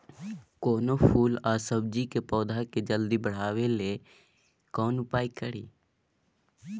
कोनो फूल आ सब्जी के पौधा के जल्दी बढ़ाबै लेल केना उपाय खरी?